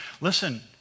Listen